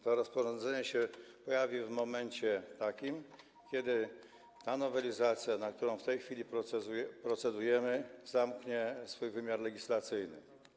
To rozporządzenie pojawi się w momencie, kiedy ta nowelizacja, nad którą w tej chwili procedujemy, zamknie swój wymiar legislacyjny.